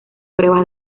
pruebas